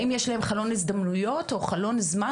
האם יש להן חלון הזדמנויות או חלון זמן